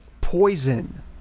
poison